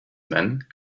men